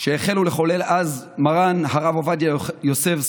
שהחלו לחולל אז מרן הרב עובדיה יוסף,